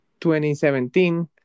2017